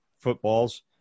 footballs